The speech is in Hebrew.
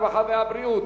הרווחה והבריאות.